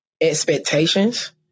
expectations